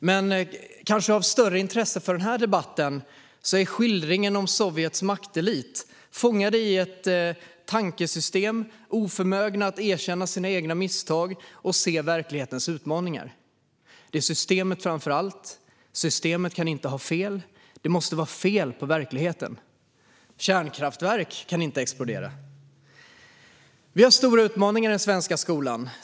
Men kanske av större intresse för den här debatten är skildringen av Sovjets maktelit. De är fångade i ett tankesystem, oförmögna att erkänna sina egna misstag och se verklighetens utmaningar. Det är systemet framför allt. Systemet kan inte ha fel. Det måste vara fel på verkligheten. Kärnkraftverk kan inte explodera. Vi har stora utmaningar i den svenska skolan.